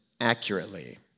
accurately